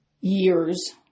years